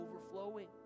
overflowing